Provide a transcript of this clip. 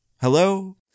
Hello